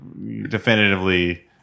definitively